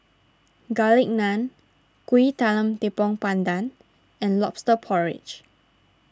Garlic Naan Kuih Talam Tepong Pandan and Lobster Porridge